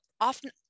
often